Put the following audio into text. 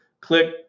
click